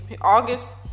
August